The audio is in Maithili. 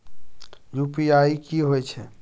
यु.पी.आई की होय छै?